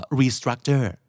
restructure